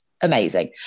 amazing